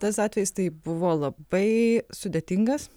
tas atvejis tai buvo labai sudėtingas